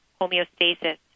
homeostasis